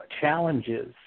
challenges